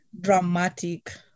Dramatic